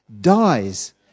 dies